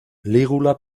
lígula